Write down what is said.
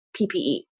PPE